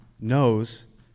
knows